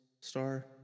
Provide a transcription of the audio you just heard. star